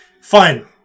Fine